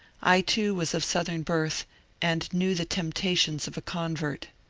i too was of southern birth and knew the temptations of a convert.